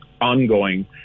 ongoing